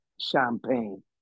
champagne